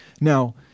Now